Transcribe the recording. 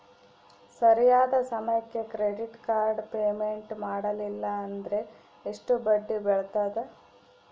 ಸರಿಯಾದ ಸಮಯಕ್ಕೆ credit card payment ಮಾಡಲಿಲ್ಲ ಅಂದ್ರೆ ಎಷ್ಟು ಬಡ್ಡಿ ಬೇಳ್ತದ?